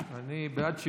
תן להם עוד שלוש דקות,